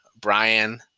Brian